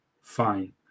fine